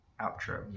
Outro